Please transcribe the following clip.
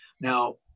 Now